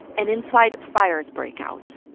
and inside, fires break out.